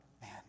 man